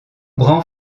grand